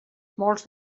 molts